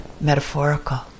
metaphorical